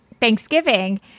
Thanksgiving